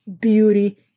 beauty